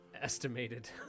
estimated